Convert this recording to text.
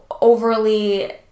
overly